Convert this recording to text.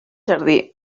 jardí